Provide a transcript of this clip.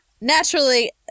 naturally